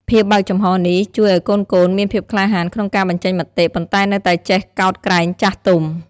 ភាពបើកចំហរនេះជួយឲ្យកូនៗមានភាពក្លាហានក្នុងការបញ្ចេញមតិ ប៉ុន្តែនៅតែចេះកោតក្រែងចាស់ទុំ។